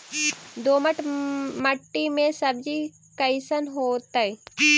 दोमट मट्टी में सब्जी कैसन होतै?